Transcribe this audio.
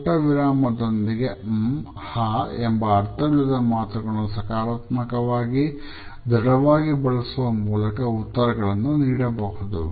ಪುಟ್ಟ ವಿರಾಮ ದೊಂದಿಗೆ ಮ್ ಹ್ ಎಂಬ ಅರ್ಥವಿಲ್ಲದ ಪದಗಳನ್ನು ಸಕಾರಾತ್ಮಕವಾಗಿ ದೃಢವಾಗಿ ಬಳಸುವ ಮೂಲಕ ಉತ್ತರಗಳನ್ನು ನೀಡಬಹುದು